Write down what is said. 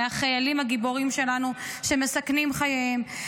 מהחיילים הגיבורים שלנו שמסכנים חייהם,